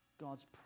God's